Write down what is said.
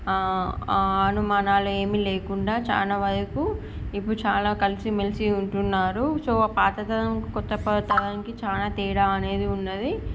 అనుమానాలు ఏమీ లేకుండా చానా వరకు ఇప్పుడు చాలా కలిసి మెలిసి ఉంటున్నారు సో పాత తరానికి కొత్త తరానికి చాలా తేడా అనేది ఉన్నది